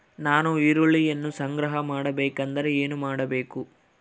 ನಾನು ಈರುಳ್ಳಿಯನ್ನು ಸಂಗ್ರಹ ಮಾಡಬೇಕೆಂದರೆ ಏನು ಮಾಡಬೇಕು?